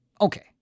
okay